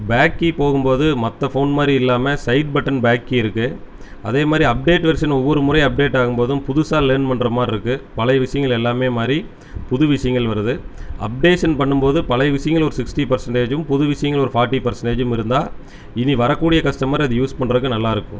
back key போகும் போது மற்ற ஃபோன் மாதிரி இல்லாமல் சைடு பட்டன் பேக் கீ இருக்குது அதே மாதிரி அப்டேட் வெர்ஷன் ஒவ்வொரு முறை அப்டேட் ஆகும் போதும் புதுசாக லேர்ன் பண்ணுற மாதிரி இருக்குது பழைய விஷயங்கள் எல்லாமே மாறி புது விஷயங்கள் வருது அப்டேஷன் பண்ணும் போது பழைய விஷயங்கள் ஒரு சிக்ஸ்டி பர்சண்டேஜ்ஜூம் புது விஷயங்கள் ஒரு ஃபார்ட்டி பர்சன்டேஜும் இருந்தால் இனி வரக்கூடிய கஸ்டமர் அதை யூஸ் பண்ணுறக்கு நல்லாயிருக்கும்